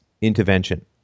intervention